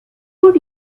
would